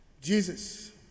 Jesus